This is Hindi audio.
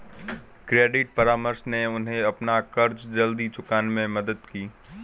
क्रेडिट परामर्श ने उन्हें अपना कर्ज जल्दी चुकाने में मदद की